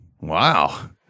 Wow